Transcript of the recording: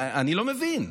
אני לא מבין.